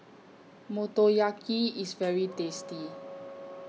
Motoyaki IS very tasty